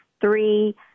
three